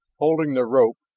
holding the rope,